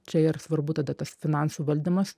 čia ir svarbu tada tas finansų valdymas